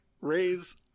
raise